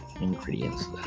ingredients